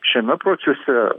šiame procese